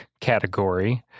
category